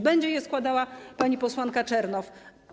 Będzie je składała pani posłanka Czernow.